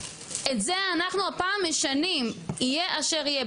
את זה אנחנו הפעם משנים יהיה אשר יהיה,